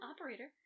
Operator